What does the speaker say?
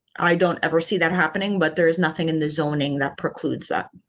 i don't ever see that happening, but there is nothing in the zoning that precludes that.